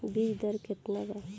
बीज दर केतना बा?